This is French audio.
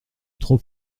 trop